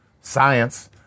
science